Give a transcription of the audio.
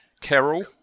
Carol